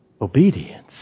obedience